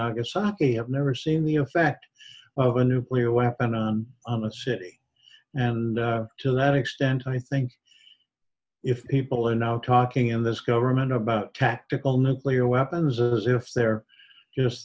nagasaki have never seen the effect of a nuclear weapon on a city and to that extent i think if people are now talking in this government about tactical nuclear weapons as if they're just